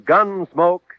Gunsmoke